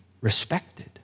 respected